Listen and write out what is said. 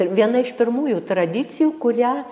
viena iš pirmųjų tradicijų kurią